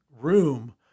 room